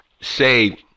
say